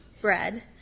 bread